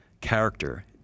character